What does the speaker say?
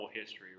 history